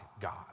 God